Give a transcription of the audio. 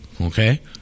okay